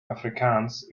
afrikaans